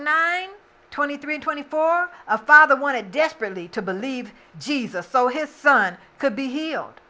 nine twenty three twenty four a father wanted desperately to believe jesus so his son could be healed